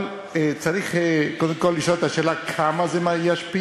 אבל צריך קודם כול לשאול את השאלה, כמה זה ישפיע.